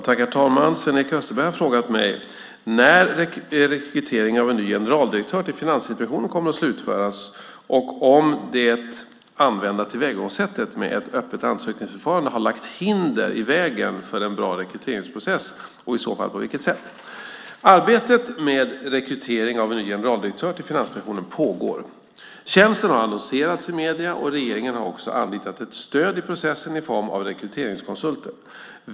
Herr talman! Sven-Erik Österberg har frågat mig när rekryteringen av en ny generaldirektör till Finansinspektionen kommer att slutföras och om det använda tillvägagångssättet med ett öppet ansökningsförfarande har lagt hinder i vägen för en bra rekryteringsprocess och i så fall på vilket sätt. Arbetet med rekrytering av en ny generaldirektör till Finansinspektionen pågår. Tjänsten har annonserats i medier, och regeringen har också anlitat ett stöd i processen i form av rekryteringskonsulter.